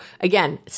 again